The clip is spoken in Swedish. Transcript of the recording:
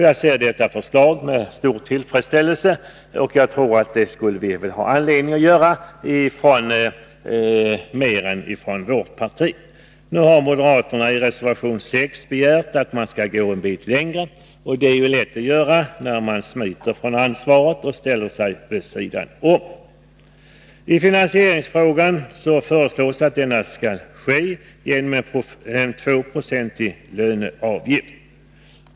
Jag ser detta förslag med stor tillfredsställelse, och jag tror att man skulle ha anledning att göra det inom flera partier än vårt. Nu har moderaterna i reservation 6 begärt att man skall gå en bit längre. Det är ju lätt att göra när man smiter från ansvaret och ställer sig vid sidan om. Finansieringen skall enligt förslaget ske genom en 2-procentig löneavgift.